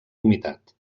humitat